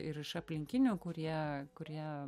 ir iš aplinkinių kurie kurie